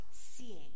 seeing